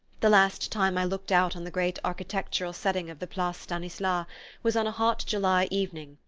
the last time i looked out on the great architectural setting of the place stanislas was on a hot july evening,